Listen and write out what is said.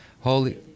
Holy